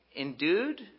endued